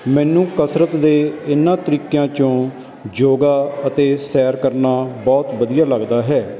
ਮੈਨੂੰ ਕਸਰਤ ਦੇ ਇਨ੍ਹਾਂ ਤਰੀਕਿਆਂ 'ਚੋਂ ਯੋਗਾ ਅਤੇ ਸੈਰ ਕਰਨਾ ਬਹੁਤ ਵਧੀਆ ਲੱਗਦਾ ਹੈ